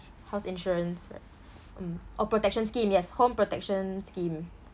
house insurance right mm oh protection scheme yes home protection scheme